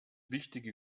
wichtige